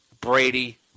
Brady